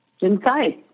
inside